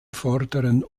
vorderen